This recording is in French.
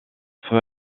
feu